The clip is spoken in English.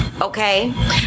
okay